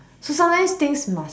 so sometimes things must